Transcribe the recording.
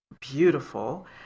beautiful